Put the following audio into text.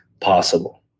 possible